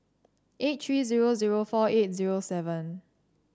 eight three zero zero four eight zero seven